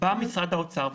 בא משרד האוצר,